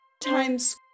times